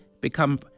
become